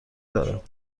دارد